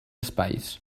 espais